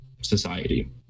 society